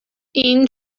این